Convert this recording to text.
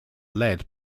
led